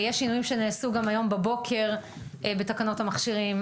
יש שינויים שנעשו גם היום בבוקר על תקנות המכשירים,